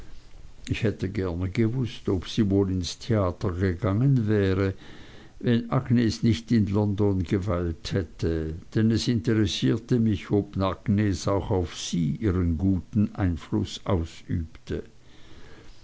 ich hätte gerne gewußt ob sie wohl ins theater gegangen wäre wenn agnes nicht in london geweilt hätte denn es interessierte mich ob agnes auch auf sie ihren guten einfluß ausübte